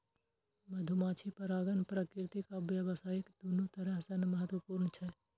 मधुमाछी परागण प्राकृतिक आ व्यावसायिक, दुनू तरह सं महत्वपूर्ण छै